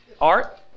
Art